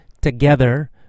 together